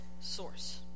source